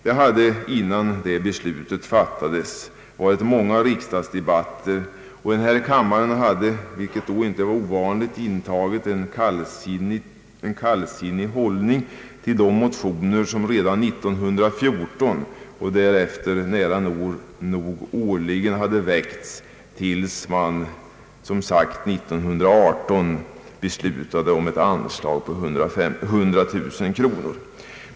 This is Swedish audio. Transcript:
Det hade, innan det beslutet fattades, varit många riksdagsdebatter. Den här kammaren hade, vilket då icke var ovanligt, intagit en kallsinnig hållning till de motioner som redan år 1914 och därefter nära neg årligen hade väckts tills man som sagt år 1918 beslutade om ett anslag på 109 000 kronor.